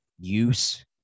use